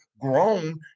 grown